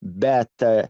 bet e